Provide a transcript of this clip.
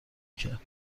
کرد